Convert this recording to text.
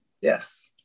Yes